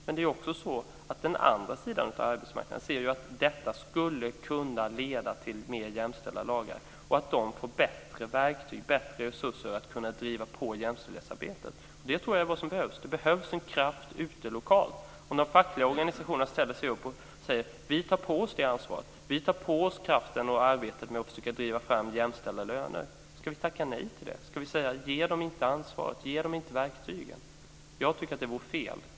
Men det är också så att den andra sidan av arbetsmarknaden ser att detta skulle kunna leda till bättre jämställdhetslagar och till att det blir bättre verktyg och bättre resurser för att driva på i jämställdhetsarbetet. Vad jag tror behövs är just en kraft ute lokalt. De fackliga organisationerna säger: Vi tar på oss det ansvaret. Vi tar på oss att ägna kraft och arbete åt att försöka driva fram jämställda löner. Ska vi då tacka nej till det? Ska vi säga att de inte ska ges det ansvaret och de verktygen? Jag tycker att det vore fel.